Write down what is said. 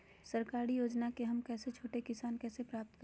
सरकारी योजना को हम जैसे छोटे किसान कैसे प्राप्त करें?